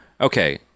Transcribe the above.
okay